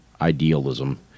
idealism